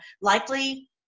likely